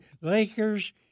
Lakers